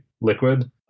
liquid